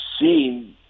seen